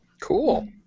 Cool